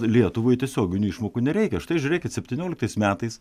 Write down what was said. lietuvai tiesioginių išmokų nereikia štai žiūrėkit septynioliktais metais